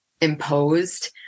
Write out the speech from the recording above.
imposed